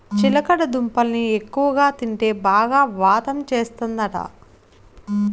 చిలకడ దుంపల్ని ఎక్కువగా తింటే బాగా వాతం చేస్తందట